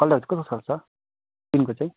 कलरहरू चाहिँ कस्तो खालको छ टिनको चाहिँ